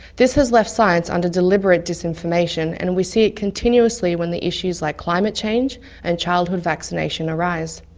this has left science under deliberate disinformation, and we see it continuously when the issues like climate change and childhood vaccination arise.